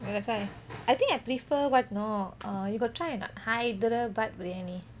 that's why I think I prefer what know err you got try or not hyderabadi briyani